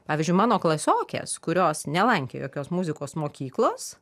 pavyzdžiui mano klasiokės kurios nelankė jokios muzikos mokyklos